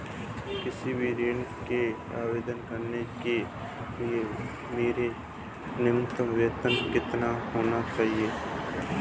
किसी भी ऋण के आवेदन करने के लिए मेरा न्यूनतम वेतन कितना होना चाहिए?